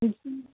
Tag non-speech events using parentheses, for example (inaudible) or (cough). (unintelligible)